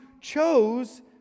chose